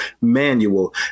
manual